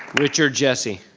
richard jessie.